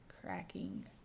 cracking